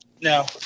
No